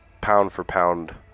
pound-for-pound